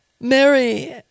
Mary